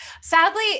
Sadly